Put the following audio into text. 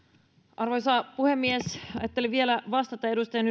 arvoisa puhemies ajattelin vielä vastata edustaja